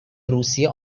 روسیه